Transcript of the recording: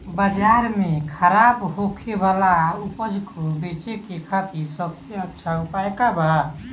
बाजार में खराब होखे वाला उपज को बेचे के खातिर सबसे अच्छा उपाय का बा?